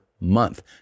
month